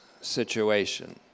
situation